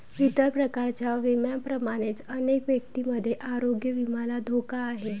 इतर प्रकारच्या विम्यांप्रमाणेच अनेक व्यक्तींमध्ये आरोग्य विम्याला धोका आहे